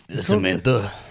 Samantha